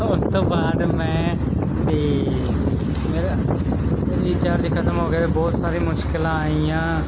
ਉਸ ਤੋਂ ਬਾਅਦ ਮੈਂ ਅਤੇ ਮੇਰਾ ਰਿਚਾਰਜ ਖਤਮ ਹੋ ਗਿਆ ਬਹੁਤ ਸਾਰੀਆਂ ਮੁਸ਼ਕਿਲਾਂ ਆਈਆਂ